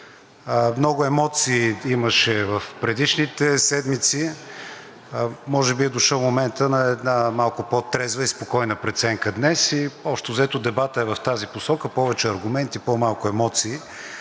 Много емоции имаше в предишните седмици, може би е дошъл моментът на една малко по-трезва и спокойна преценка днес и общо дебатът е в тази посока – повече аргументи, по-малко емоции.